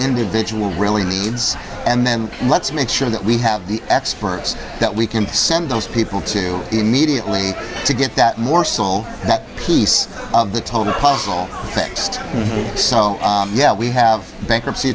individual really needs and then let's make sure that we have the experts that we can send those people to immediately to get that morsel that piece of the total puzzle fixed so yeah we have bankruptcy